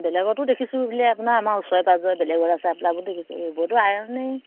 বেলেগতো দেখছোঁ আপোনাৰ আমাৰ ওচৰে পাঁজৰে বেলেগৰ ৰাস্তাবিলাকতো দেখিছোঁ এইবোৰতো আইৰনেই